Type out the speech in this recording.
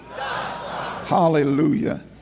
Hallelujah